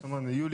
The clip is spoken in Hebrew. זאת אומרת ביולי,